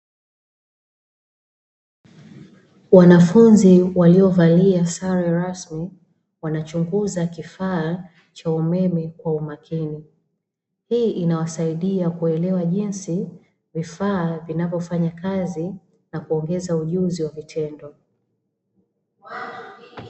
Wanafunzi waliovalia sare rasmi wanachunguza kifaa cha umeme kwa umakini. Hii inawasaidia kuelewa jinsi vifaa vinavyofanyakazi na kuongeza ujuzi kwa vitendo.